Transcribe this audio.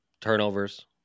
turnovers